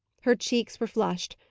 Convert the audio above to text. her cheeks were flushed,